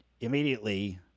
immediately